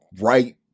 right